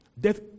Death